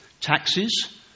taxes